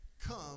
come